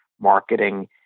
marketing